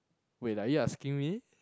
wait are you asking me